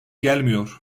gelmiyor